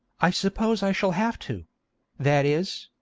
i suppose i shall have to that is,